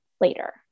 later